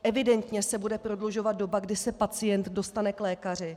Evidentně se bude prodlužovat doba, kdy se pacient dostane k lékaři.